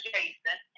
Jason